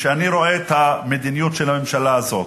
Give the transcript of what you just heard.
כשאני רואה את המדיניות של הממשלה הזאת,